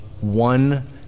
one